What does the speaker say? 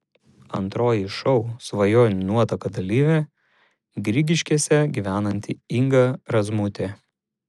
antroji šou svajonių nuotaka dalyvė grigiškėse gyvenanti inga razmutė